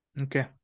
Okay